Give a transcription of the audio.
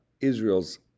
Israel's